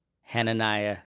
Hananiah